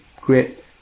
great